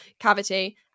Cavity